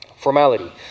Formality